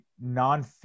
non